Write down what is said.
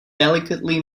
delicately